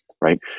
right